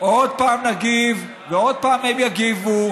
עוד פעם נגיב ועוד פעם הם יגיבו,